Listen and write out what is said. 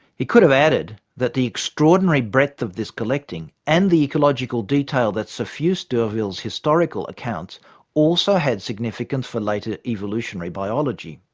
he could have added that the extraordinary breadth of this collecting and the ecological detail that suffused d'urville's historical accounts also had significance for later evolutionary biology.